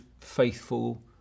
faithful